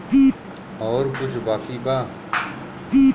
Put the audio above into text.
और कुछ बाकी बा?